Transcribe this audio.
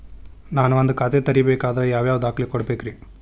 ನಾನ ಒಂದ್ ಖಾತೆ ತೆರಿಬೇಕಾದ್ರೆ ಯಾವ್ಯಾವ ದಾಖಲೆ ಕೊಡ್ಬೇಕ್ರಿ?